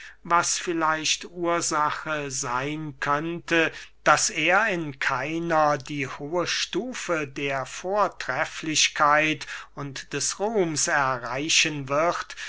was vielleicht ursache seyn könnte daß er in keiner die hohe stufe der vortrefflichkeit und des ruhms erreichen wird